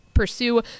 pursue